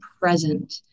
present